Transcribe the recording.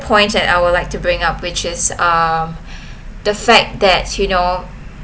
point that I would like to bring up which is uh the fact that you know